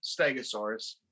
Stegosaurus